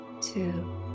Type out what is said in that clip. two